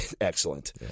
Excellent